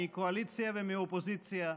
מהקואליציה ומהאופוזיציה,